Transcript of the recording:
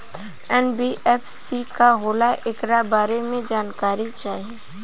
NBFC का होला ऐकरा बारे मे जानकारी चाही?